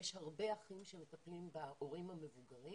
יש הרבה אחים שמטפלים בהורים המבוגרים